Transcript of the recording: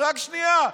רק שנייה,